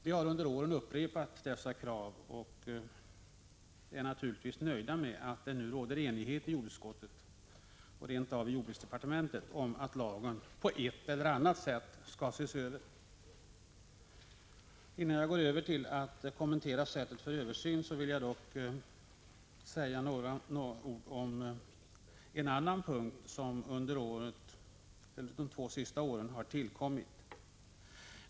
Vi har under åren upprepat dessa krav och är naturligtvis nöjda med att det nu råder enighet i jordbruksutskottet och rent av i jordbruksdepartementet om att lagen på ett eller annat sätt skall ses över. Innan jag övergår till att kommentera hur lagen skall ses över vill jag dock säga några ord om en annan punkt som tillkommit under de två senaste åren.